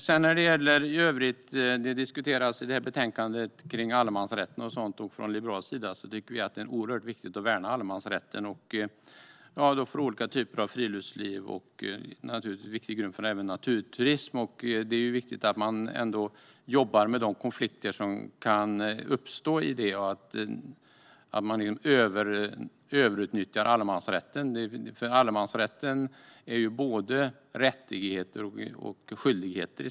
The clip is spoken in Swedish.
I betänkandet i övrigt diskuteras allemansrätten och sådant. Från Liberalernas sida tycker vi att det är oerhört viktigt att värna allemansrätten för olika typer av friluftsliv och även som viktig grund för naturturism. Samtidigt är det viktigt att man jobbar med de konflikter som kan uppstå i detta och inte överutnyttjar allemansrätten. Allemansrätten innebär ju både rättigheter och skyldigheter.